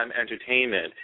entertainment